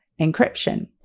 encryption